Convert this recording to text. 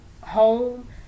home